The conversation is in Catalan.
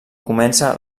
comença